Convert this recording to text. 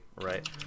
right